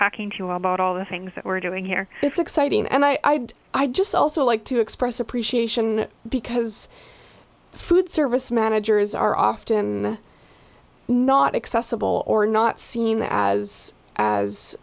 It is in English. talking to you about all the things that we're doing here it's exciting and i i just also like to express appreciation because food service managers are often not accessible or not seen as as